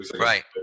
right